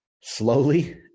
slowly